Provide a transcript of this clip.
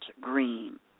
Green